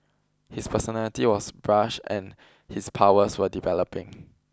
his personality was brash and his powers were developing